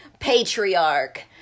patriarch